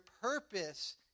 purpose